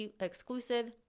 exclusive